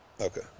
Okay